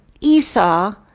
Esau